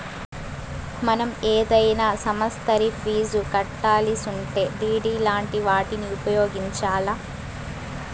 మనం ఏదైనా సమస్తరి ఫీజు కట్టాలిసుంటే డిడి లాంటి వాటిని ఉపయోగించాల్ల